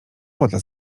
woda